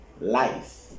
life